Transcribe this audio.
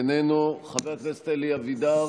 איננו, חבר הכנסת אלי אבידר,